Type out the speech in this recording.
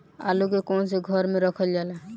आलू के कवन से घर मे रखल जाला?